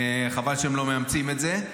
חבל שהם לא מאמצים את זה,